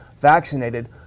vaccinated